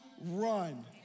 run